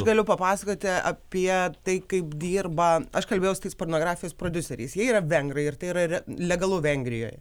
galiu papasakoti apie tai kaip dirba aš kalbėjau su tais pornografijos prodiuseriais jie yra vengrai ir tai yra re legalu vengrijoje